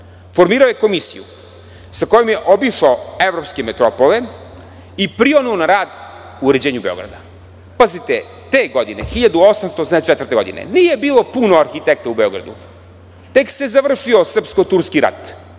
Formirao je komisiju sa kojom je obišao evropske metropole i prionuo na rad uređenju Beograda. Pazite, te godine 1884, nije bilo puno arhitekti u Beogradu, tek se završio srpsko-turski rat,